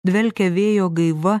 dvelkia vėjo gaiva